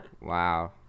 Wow